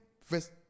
first